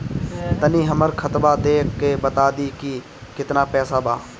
तनी हमर खतबा देख के बता दी की केतना पैसा बा?